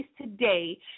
today